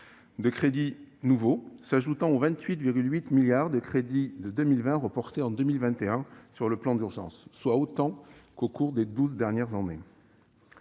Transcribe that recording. de crédits nouveaux, s'ajoutant aux 28,8 milliards d'euros de crédits de 2020 reportés en 2021 au titre du plan d'urgence, soit autant qu'au cours des douze dernières années.